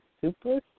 Super